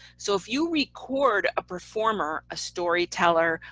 so if you record a performer, a storyteller,